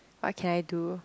what can I do